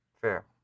fair